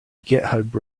github